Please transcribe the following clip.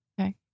Okay